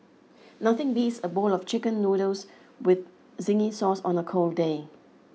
nothing beats a bowl of chicken noodles with zingy sauce on a cold day